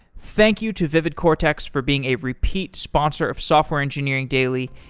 thank you to vividcortex for being a repeat sponsor of software engineering daily.